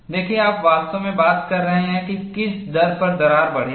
देखें आप वास्तव में बात कर रहे हैं कि किस दर पर दरार बढ़ेगी